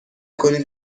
کنید